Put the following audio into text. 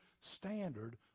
standard